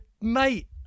Mate